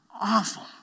awful